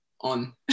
on